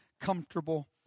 comfortable